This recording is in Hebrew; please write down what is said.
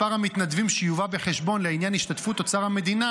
מספר המתנדבים שיובא בחשבון לעניין השתתפות אוצר המדינה